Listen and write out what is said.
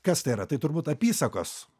kas tai yra tai turbūt apysakos